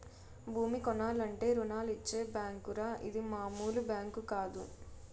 భూమి కొనాలంటే రుణాలిచ్చే బేంకురా ఇది మాములు బేంకు కాదు